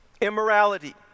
Immorality